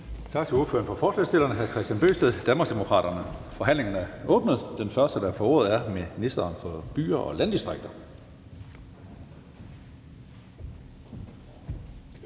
Tak til ordføreren for forslagsstillerne, hr. Kristian Bøgsted, Danmarksdemokraterne. Forhandlingen er åbnet, og den første, der får ordet, er ministeren for byer og landdistrikter.